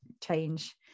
change